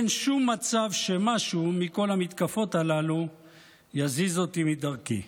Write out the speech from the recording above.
אין שום מצב שמשהו מכל המתקפות הללו יזיז אותי מדרכי.